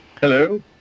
Hello